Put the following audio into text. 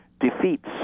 defeats